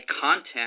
content